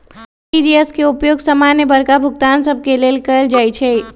RTGS के उपयोग समान्य बड़का भुगतान सभ के लेल कएल जाइ छइ